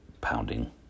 pounding